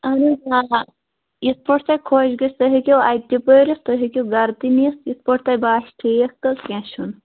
اَہَن حظ آ یِتھٕ پٲٹھۍ تۄہہِ خۄش گٔژھٮ۪و تُہۍ ہیٚکِو اَتہِ تہِ پٔرِتھ تُہۍ ہیٚکِو گَرٕ تہِ نِتھ یِتھٕ پٲٹھۍ تۄہہِ باسہِ ٹھیٖک تہٕ کیٚنٛہہ چھُنہٕ